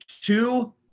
Two